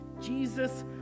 Jesus